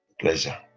pleasure